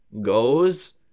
Goes